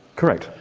correct.